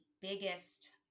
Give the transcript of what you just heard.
biggest